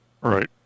right